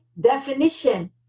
definition